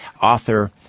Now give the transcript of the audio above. author